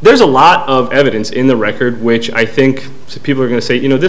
there's a lot of evidence in the record which i think people are going to say you know this